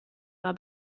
war